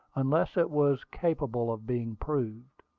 unless it was capable of being proved.